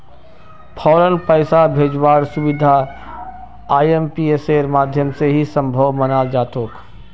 फौरन पैसा भेजवार सुबिधा आईएमपीएसेर माध्यम से ही सम्भब मनाल जातोक